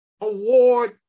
Award